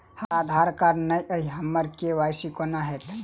हमरा आधार कार्ड नै अई हम्मर के.वाई.सी कोना हैत?